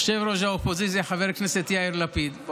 האופוזיציה חבר הכנסת יאיר לפיד,